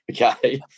okay